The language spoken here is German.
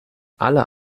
alle